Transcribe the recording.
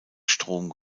strom